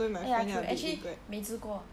oh ya true actually 美滋锅